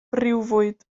briwfwyd